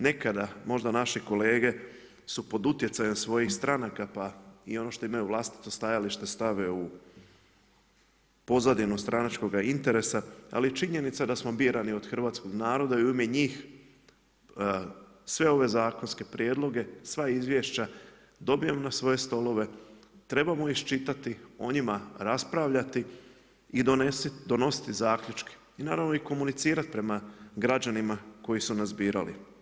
Nekada možda naši kolege su pod utjecajem svojih stranaka pa i oni što imaju vlastito stajalište stave u pozadinu stranačkoga interesa, ali činjenica da smo birani od hrvatskog naroda i u ime njih sve ove zakonske prijedloge, sva izvješća dobijemo na svoje stolove, trebamo iščitati, o njima raspravljati i donositi zaključke i naravno komunicirati prema građanima koji su nas birali.